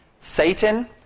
Satan